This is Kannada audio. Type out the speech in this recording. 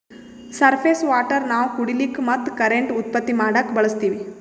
ಸರ್ಫೇಸ್ ವಾಟರ್ ನಾವ್ ಕುಡಿಲಿಕ್ಕ ಮತ್ತ್ ಕರೆಂಟ್ ಉತ್ಪತ್ತಿ ಮಾಡಕ್ಕಾ ಬಳಸ್ತೀವಿ